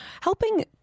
helping